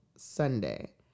Sunday